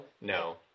no